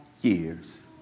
years